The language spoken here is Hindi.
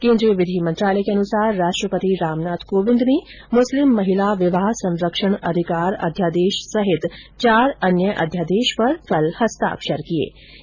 केन्द्रीय विधि मंत्रालय के अनुसार राष्ट्रपति रामनाथ कोविंद ने मुस्लिम महिला विवाह संरक्षण अधिकार अध्यादेश सहित चार अन्य अध्यादेश पर हस्ताक्षर कर दिये है